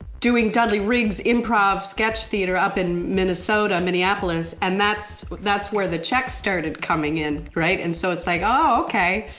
doing dudley riggs improv sketch theater up in minnesota, minneapolis and that's that's where the checks starting coming in, right? and so it's like, oh, okay.